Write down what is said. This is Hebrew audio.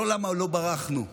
לא למה לא ברחנו,